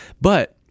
but-